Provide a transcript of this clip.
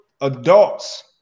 adults